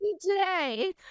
today